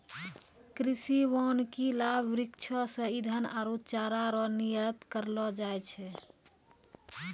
कृषि वानिकी लाभ वृक्षो से ईधन आरु चारा रो निर्यात करलो जाय छै